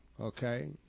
okay